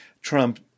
Trump